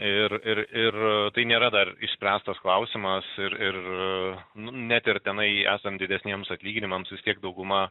ir ir ir tai nėra dar išspręstas klausimas ir ir net ir tenai esant didesniems atlyginimams vis tiek dauguma